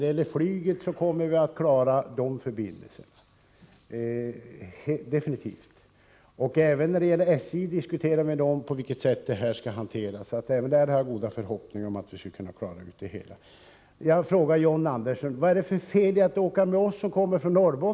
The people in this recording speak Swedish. Flygförbindelserna kommer vi definitivt att klara. Vi diskuterar med SJ om på vilket sätt detta skall skötas, så även där har jag goda förhoppningar om att klara frågan.